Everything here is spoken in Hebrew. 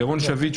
ירון שביט,